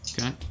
Okay